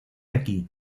aquí